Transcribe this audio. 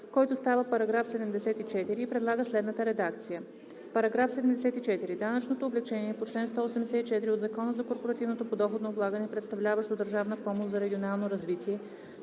който става § 74 и предлага следната редакция: „§ 74. Данъчното облекчение по чл. 184 от Закона за корпоративното подоходно облагане, представляващо държавна помощ за регионално развитие